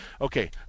Okay